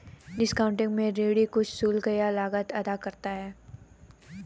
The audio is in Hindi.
डिस्कॉउंटिंग में ऋणी कुछ शुल्क या लागत अदा करता है